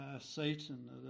Satan